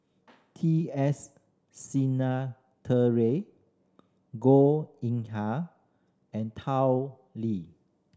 T S Sinnathuray Goh Yihan and Tao Li